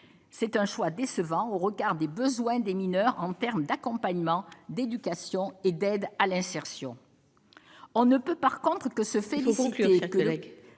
c'est un choix décevant au regard des besoins des mineurs en termes d'accompagnement, d'éducation et d'aide à l'insertion, on ne peut par contre que ce fait, les